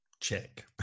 check